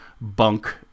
bunk